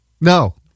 No